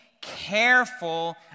careful